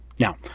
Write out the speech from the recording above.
Now